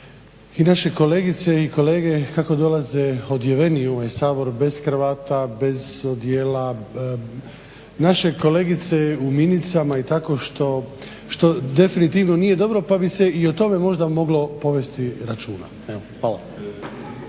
i naše kolegice i kolege kako dolaze odjeveni u ovaj Sabor bez kravata, bez odijela. Naše kolegice u minicama i tako što definitivno nije dobro, pa bi se i o tome možda moglo povesti računa. Evo hvala.